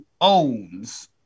owns